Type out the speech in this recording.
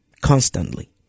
Constantly